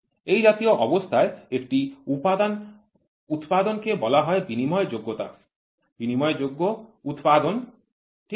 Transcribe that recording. এই জাতীয় অবস্থায় একটি উপাদান উৎপাদনকে বলা হয় বিনিময়যোগ্য বিনিময়যোগ্য উৎপাদন ঠিক আছে